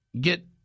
get